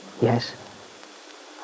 Yes